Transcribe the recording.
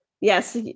Yes